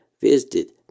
visited